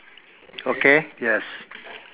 okay yes